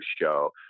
show